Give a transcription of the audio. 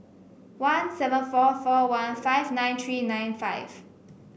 one seven four four one five nine three nine five